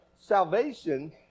salvation